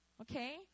Okay